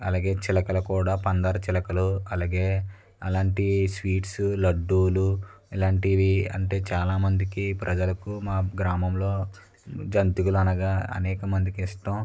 అలాగే చిలకలు కూడా పంచదార చిలుకలు అలాంటి స్వీట్స్ లడ్డులు అంటే ఇలాంటివి చాలా మందికి ప్రజలకు మా గ్రామములో జంతికలు అనగా అనేక మందికి ఇష్టం